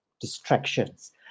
distractions